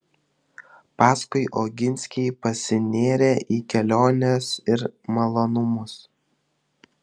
paskui oginskiai pasinėrė į keliones ir malonumus